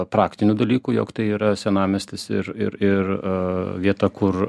praktinių dalykų jog tai yra senamiestis ir ir ir vieta kur